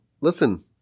listen